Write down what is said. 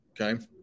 Okay